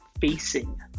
facing